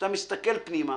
כשאתה מסתכל פנימה